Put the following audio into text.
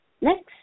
Next